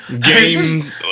game